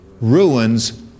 ruins